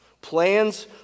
Plans